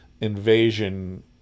invasion